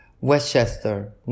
Westchester